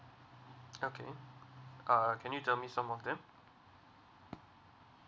okay uh can you tell me some of them